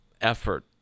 effort